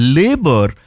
labor